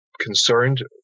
Concerned